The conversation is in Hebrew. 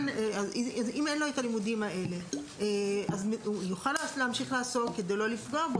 אם אין לו הלימודים האלה הוא יוכל להמשיך לעסוק כדי לא לפגוע בו.